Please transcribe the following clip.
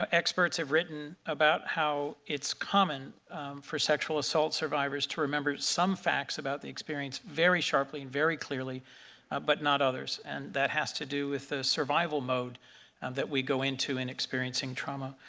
ah experts have written about how it's common for sexual assault survivors to remember some facts about the experience very sharply, very clearly but not others. and that has to do with the survival mode that we go into in experiencing trauma.